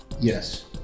Yes